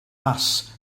mass